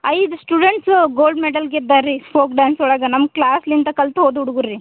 ಐದು students gold medal ಗೆದ್ದಾರಿ folk dance ಒಳಗೆ ನಮ್ಮ ಕ್ಲಾಸ್ಲಿಂತ ಕಲ್ತು ಹೋದ ಹುಡುಗ್ರು ರೀ